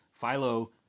Philo